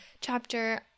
chapter